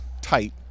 tight